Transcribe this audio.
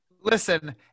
Listen